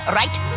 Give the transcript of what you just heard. right